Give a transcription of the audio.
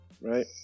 right